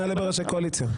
נעלה בראשי קואליציה.